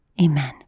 Amen